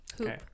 Okay